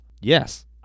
Yes